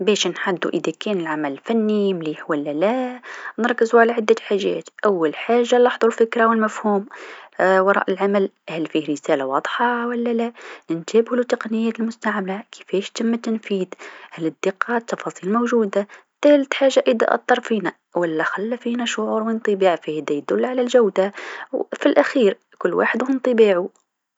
باش نحدو العمل الفني مليح ولا لا نركزو على عدة حاجات، أول حاجه لاحظو الفكره و المفهوم وراء العمل هل فيه رساله واضحه ولا لا، نتابعو التقنيات المستعمله كيفاش تم التنفيد، هل الدقه تفاصيل موجوده، ثالث حاجه إذا أثر فينا و لا خلى فينا شعور و إنطباع هذا يدل على الجوده و في الأخير كل واحد و إنطباعو.